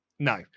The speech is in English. No